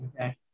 okay